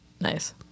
Nice